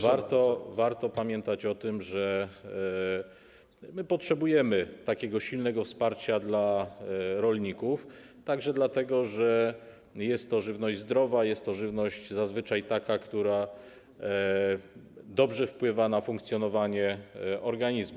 Warto pamiętać o tym, że potrzebujemy takiego silnego wsparcia dla rolników, także dlatego że jest to żywność zdrowa, jest to żywność zazwyczaj taka, która dobrze wpływa na funkcjonowanie organizmu.